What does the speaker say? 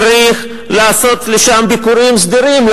צריך לעשות שם ביקורים סדירים.